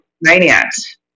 maniacs